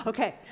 Okay